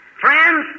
friends